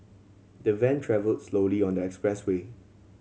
the van travelled slowly on the expressway